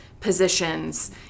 Positions